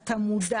אתה מודע